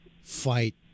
fight